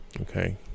Okay